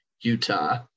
Utah